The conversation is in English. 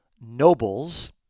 nobles